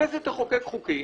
כשהכנסת תחוקק חוקים,